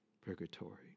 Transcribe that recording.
purgatory